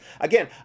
Again